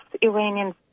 Iranians